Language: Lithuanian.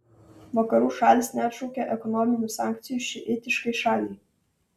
vakarų šalys neatšaukė ekonominių sankcijų šiitiškai šaliai